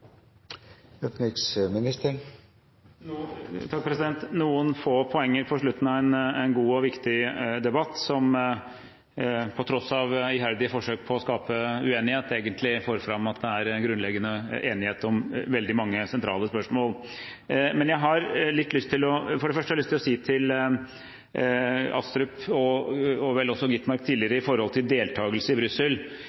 noen få poenger på slutten av en god og viktig debatt, som på tross av iherdige forsøk på å skape uenighet, egentlig får fram at det er grunnleggende enighet om veldig mange sentrale spørsmål. For det første har jeg lyst til å si til representantene Astrup og Skovholt Gitmark når det